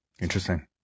Interesting